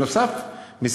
נוסף על כך,